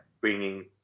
bringing